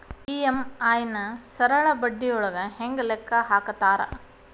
EMI ನ ಸರಳ ಬಡ್ಡಿಯೊಳಗ ಹೆಂಗ ಲೆಕ್ಕ ಹಾಕತಾರಾ